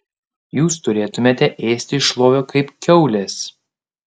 jūs turėtumėte ėsti iš lovio kaip kiaulės